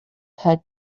had